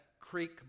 creek